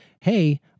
hey